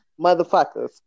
motherfuckers